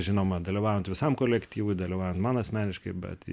žinoma dalyvaujant visam kolektyvui dalyvaujant man asmeniškai bet